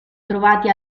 trovati